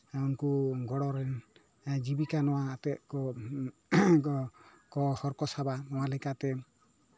ᱩᱱᱠᱩ ᱜᱚᱲᱚ ᱨᱮᱱ ᱡᱤᱵᱤᱠᱟ ᱱᱚᱣᱟ ᱟᱛᱮᱜ ᱠᱚ ᱜᱚ ᱠᱚ ᱦᱚᱲᱠᱚ ᱥᱟᱵᱟ ᱱᱚᱣᱟ ᱞᱮᱠᱟᱛᱮ